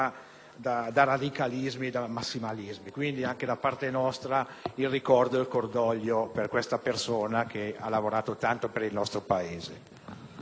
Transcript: da radicalismi e massimalismi. Quindi, anche da parte nostra ci associamo al ricordo e al cordoglio per questa persona che ha lavorato tanto per il nostro Paese.